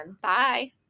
Bye